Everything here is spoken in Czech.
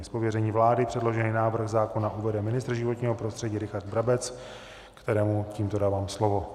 Z pověření vlády předložený návrh zákona uvede ministr životního prostředí Richard Brabec, kterému tímto dávám slovo.